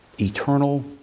Eternal